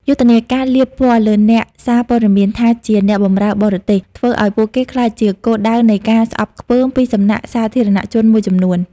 យុទ្ធនាការលាបពណ៌លើអ្នកសារព័ត៌មានថាជា "អ្នកបម្រើបរទេស" ធ្វើឱ្យពួកគេក្លាយជាគោលដៅនៃការស្អប់ខ្ពើមពីសំណាក់សាធារណជនមួយចំនួន។